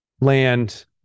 land